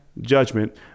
judgment